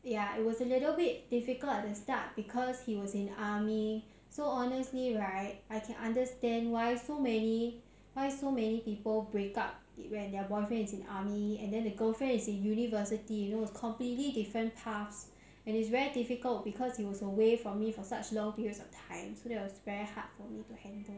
ya it was a little bit difficult at the start because he was in army so honestly right I can understand why so many why so many people break up it when their boyfriend is in army and then the girlfriend is in university you know it's completely different paths and it's very difficult because he was away from me for such long periods of time so that was very hard for me to handle